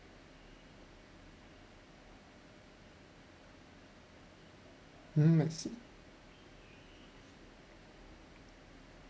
hmm I see